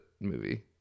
movie